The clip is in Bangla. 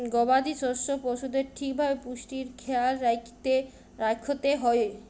গবাদি পশ্য পশুদের ঠিক ভাবে পুষ্টির খ্যায়াল রাইখতে হ্যয়